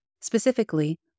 specifically